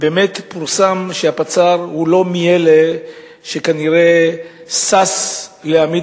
פורסם שהפצ"ר כנראה אינו מאלה שששים להעמיד